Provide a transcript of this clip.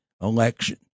election